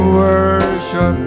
worship